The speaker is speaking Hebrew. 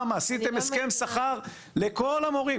עשיתם הסכם שכר לכל המורים,